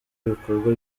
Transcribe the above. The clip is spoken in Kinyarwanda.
ibikorwa